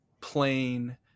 plain